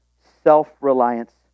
self-reliance